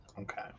Okay